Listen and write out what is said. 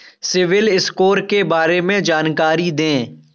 CIBIL score के बारे में जानकारी दें?